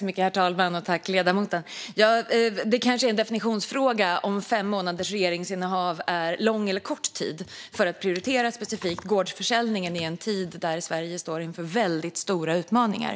Herr talman! Det kanske är en definitionsfråga om fem månaders regeringsinnehav är lång eller kort tid för att specifikt prioritera gårdsförsäljningen i en tid då Sverige står inför väldigt stora utmaningar.